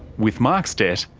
with mark's debt,